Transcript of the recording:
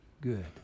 good